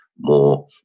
more